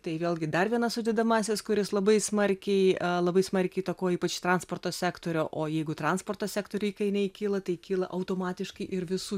tai vėlgi dar vienas sudedamąsias kuris labai smarkiai labai smarkiai įtakoja ypač transporto sektorių o jeigu transporto sektoriuj įkainiai kyla tai kyla automatiškai ir visų